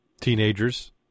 teenagers